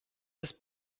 this